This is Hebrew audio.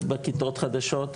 וכיתות חדשות,